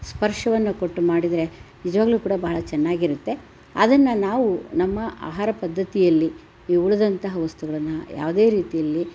ಸ್ಪರ್ಶವನ್ನು ಕೊಟ್ಟು ಮಾಡಿದರೆ ನಿಜವಾಗಲೂ ಕೂಡ ಭಾಳ ಚೆನ್ನಾಗಿರುತ್ತೆ ಅದನ್ನು ನಾವು ನಮ್ಮ ಆಹಾರ ಪದ್ಧತಿಯಲ್ಲಿ ಈ ಉಳಿದಂತಹ ವಸ್ತುಗಳನ್ನು ಯಾವುದೇ ರೀತಿಯಲ್ಲಿ